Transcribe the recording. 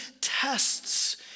tests